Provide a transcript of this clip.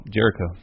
Jericho